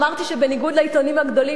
אמרתי שבניגוד לעיתונים הגדולים,